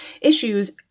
issues